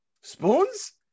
Spoons